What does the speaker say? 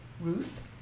Ruth